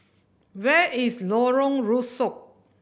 where is Lorong Rusuk